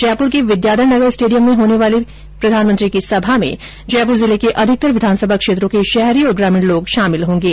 जयपुर के विद्याधरनगर स्टेडियम में होने वाली प्रधानमंत्री की सभा में जयपुर जिले के अधिकतर विधानसभा क्षेत्रो के शहरी और ग्रामीण लोग शामिल होंगे